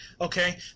okay